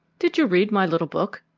did you read my little book?